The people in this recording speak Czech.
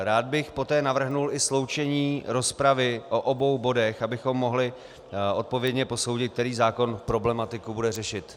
Rád bych poté navrhl i sloučení rozpravy o obou bodech, abychom mohli odpovědně posoudit, který zákon problematiku bude řešit.